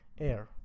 air